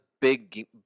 big